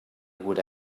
would